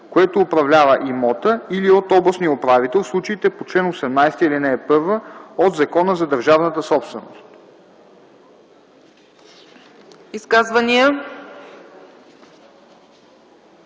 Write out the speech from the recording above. което управлява имота или от областния управител в случаите по чл. 18, ал. 1 от Закона за държавната собственост.”